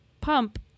pump